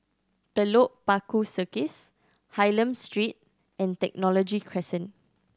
Telok Paku Circus Hylam Street and Technology Crescent